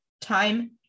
Time